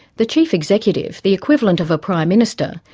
the chief executive, the equivalent of a prime minister,